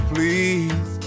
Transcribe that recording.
Please